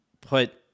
put